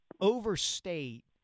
overstate